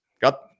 got